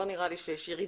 לא נראה לי שיש ירידה.